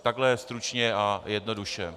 Takhle stručně a jednoduše.